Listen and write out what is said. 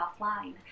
offline